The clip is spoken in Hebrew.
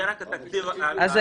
זה רק התקציב --- הבנתי,